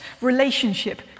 relationship